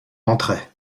entrait